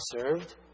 served